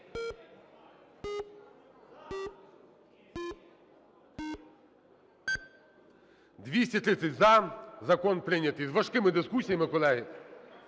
За-230 Закон прийнятий. З важкими дискусіями, колеги.